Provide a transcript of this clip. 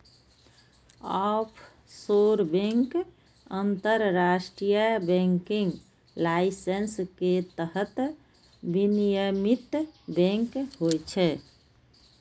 offshore bank अंतरराष्ट्रीय banking licence के तहत विनियमित बैंक होइ छै